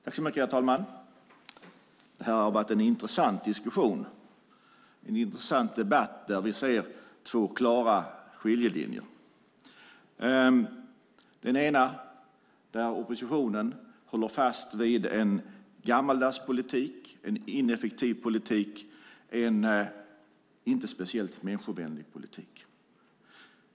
Herr talman! Det har var en intressant debatt där vi ser två klara skiljelinjer. I den ena håller oppositionen fast vid en gammaldags politik, en ineffektiv politik, en inte speciellt människovänlig politik.